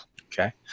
Okay